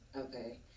okay